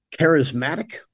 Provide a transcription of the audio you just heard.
charismatic